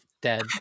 dead